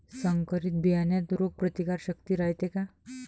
संकरित बियान्यात रोग प्रतिकारशक्ती रायते का?